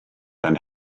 and